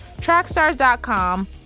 TrackStars.com